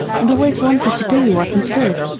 and always wanted to do what he could.